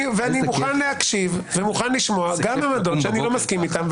אני מוכן להקשיב ומוכן לשמוע גם עמדות שאני לא מסכים איתן,